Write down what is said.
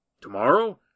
Tomorrow